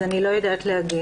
אז אני לא יודעת להגיד.